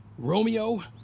Romeo